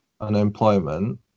unemployment